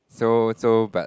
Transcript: so so bad